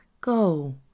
Go